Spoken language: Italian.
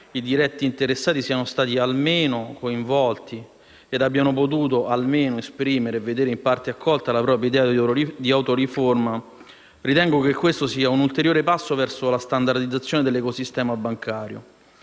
i diretti interessati siano stati coinvolti ed abbiano potuto almeno esprimere e vedere in parte accolta la propria idea di autoriforma, ritengo che questo sia un ulteriore passo verso la standardizzazione dell'ecosistema bancario.